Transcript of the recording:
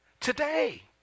today